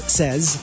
says